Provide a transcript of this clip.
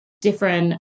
different